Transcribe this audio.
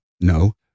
No